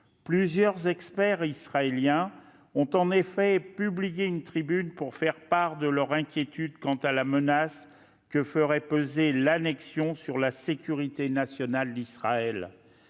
Plusieurs experts israéliens ont en effet publié une tribune pour faire part de leur inquiétude quant à la menace que ferait peser cette annexion sur la sécurité nationale d'Israël.